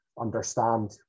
understand